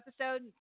episode